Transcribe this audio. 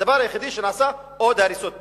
הדבר היחידי שנעשה, עוד הריסות בתים.